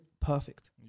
perfect